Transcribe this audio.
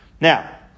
Now